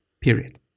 period